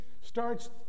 starts